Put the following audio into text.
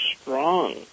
strong